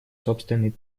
собственный